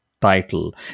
title